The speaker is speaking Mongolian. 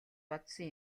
бодсон